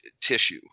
tissue